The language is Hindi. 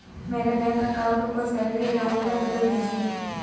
मेरे बैंक अकाउंट को सैलरी अकाउंट में बदल दीजिए